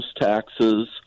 taxes